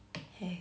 !hey!